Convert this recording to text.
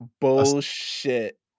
Bullshit